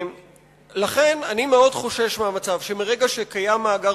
לכן אני מאוד חושש מהמצב שמרגע שקיים מאגר